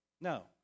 No